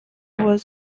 was